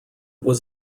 was